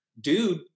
dude